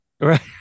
Right